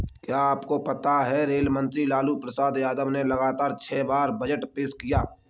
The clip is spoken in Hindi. क्या आपको पता है रेल मंत्री लालू प्रसाद यादव ने लगातार छह बार बजट पेश किया?